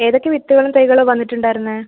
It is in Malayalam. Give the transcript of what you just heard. ഏതൊക്കെ വിത്തുകളും തൈകളും വന്നിട്ടുണ്ടാരുന്നേ